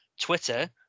Twitter